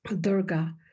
Durga